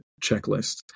checklist